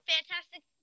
Fantastic